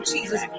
Jesus